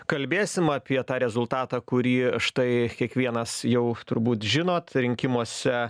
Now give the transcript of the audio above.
kalbėsim apie tą rezultatą kurį štai kiekvienas jau turbūt žinot rinkimuose